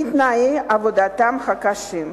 מתנאי עבודתם הקשים: